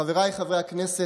חבריי חברי הכנסת,